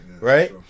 right